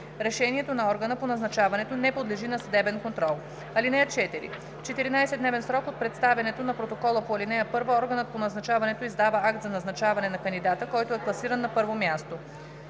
Решението на органа по назначаването не подлежи на съдебен контрол. (4) В 14-дневен срок от представянето на протокола по ал. 1 органът по назначаването издава акт за назначаване на кандидата, който е класиран на първо място.